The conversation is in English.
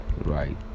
right